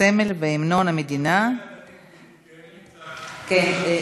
הסמל והמנון המדינה (תיקון מס' 6). כן.